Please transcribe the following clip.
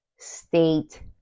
state